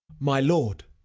my lord,